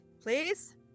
please